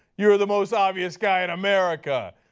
you are the most obvious guy in america.